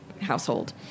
household